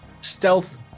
stealth